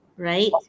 right